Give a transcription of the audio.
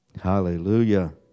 Hallelujah